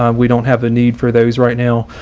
um we don't have the need for those right now.